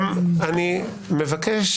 באמת מפתיע.